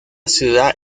ciudad